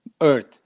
earth